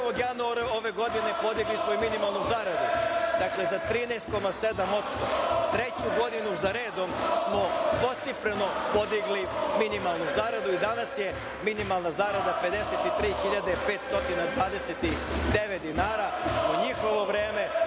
1. januara ove godine podigli smo i minimalnu zaradu za 13,7%. Treću godinu zaredom smo dvocifreno podigli minimalnu zaradu i danas je minimalna zarada 53.529 dinara. U njihovo vreme,